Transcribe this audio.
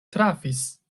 trafis